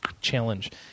challenge